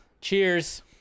Cheers